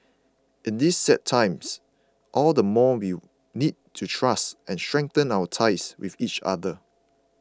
in these sad times all the more we'll need to trust and strengthen our ties with each other